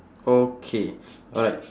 okay alright